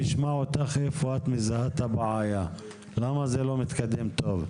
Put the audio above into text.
איפה את מזהה את הבעיה, למה זה לא מתקדם טוב.